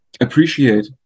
appreciate